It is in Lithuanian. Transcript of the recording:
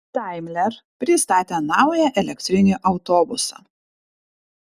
daimler pristatė naują elektrinį autobusą